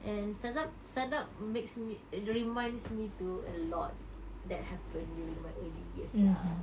and start up start up makes me it reminds me to a lot that happened during my early years lah